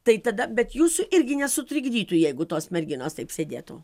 tai tada bet jūsų irgi nesutrikdytų jeigu tos merginos taip sėdėtų